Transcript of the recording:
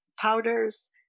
powders